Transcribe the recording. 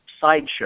sideshow